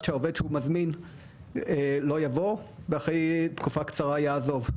שהעובד שהוא מזמין לא יבוא ואחרי תקופה קצרה יעזוב.